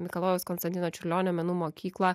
mikalojaus konstantino čiurlionio menų mokyklą